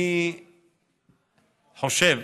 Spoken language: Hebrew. אני חושב